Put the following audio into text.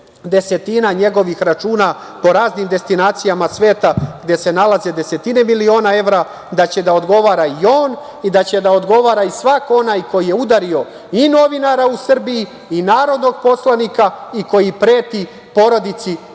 desetina njegovih računa, po raznim destinacijama sveta gde se nalaze desetine miliona evra, da će da odgovara i on, i da će da odgovara i svako onaj koji je udario i novinara u Srbiji i narodnog poslanika i koji preti porodici